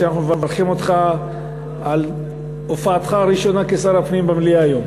ואנחנו מברכים אותך על הופעתך הראשונה כשר הפנים במליאה היום,